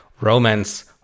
romance